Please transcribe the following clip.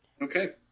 okay